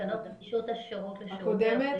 תקנות נגישות השירות לשירותי בריאות --- הקודמת,